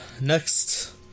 Next